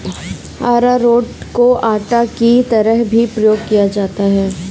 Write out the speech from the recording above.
अरारोट को आटा की तरह भी प्रयोग किया जाता है